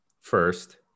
first